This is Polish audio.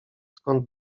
skąd